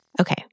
Okay